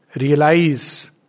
realize